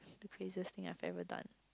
the craziest thing I have ever done